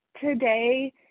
today